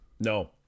No